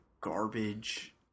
garbage